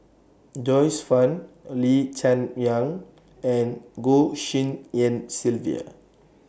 Joyce fan Lee Cheng Yan and Goh Tshin En Sylvia